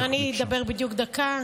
אני אדבר בדיוק דקה.